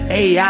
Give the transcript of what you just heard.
ai